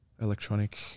electronic